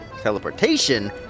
Teleportation